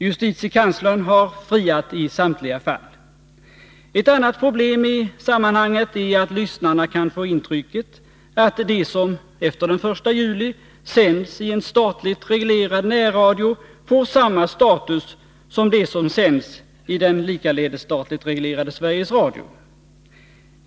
Justitiekanslern har friat i samtliga fall. Ett annat problem i sammanhanget är att lyssnarna kan få intrycket att det som efter den 1 juli sänds i en statligt reglerad närradio får samma status som det som sänds i den likaledes statligt reglerade Sveriges Radio.